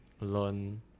learn